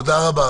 תודה רבה.